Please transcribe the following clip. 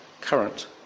current